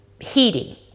heating